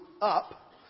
up